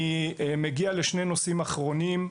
אני מגיע לשני נושאים אחרונים.